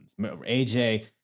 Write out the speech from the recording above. AJ